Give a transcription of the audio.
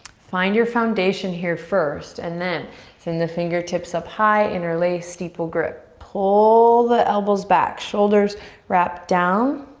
find your foundation here first and then send the fingertips up high, interlace, steeple grip. pull the elbows back, shoulders wrapped down.